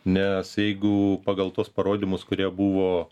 nes jeigu pagal tuos parodymus kurie buvo